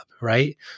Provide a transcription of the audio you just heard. right